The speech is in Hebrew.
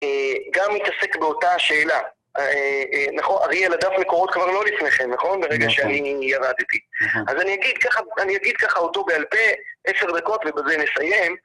גם מתעסק באותה השאלה, נכון? אריאל הדף מקורות כבר לא לפניכם, נכון? ברגע שאני ירדתי. אז אני אגיד ככה אותו בעל פה עשר דקות ובזה נסיים.